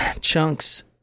chunks